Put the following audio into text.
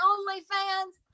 OnlyFans